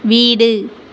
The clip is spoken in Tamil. வீடு